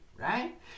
Right